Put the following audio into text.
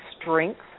strength